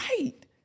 right